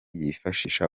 yifashisha